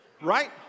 right